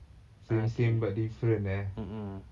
same same but different eh